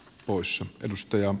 poissa edustaja